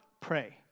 pray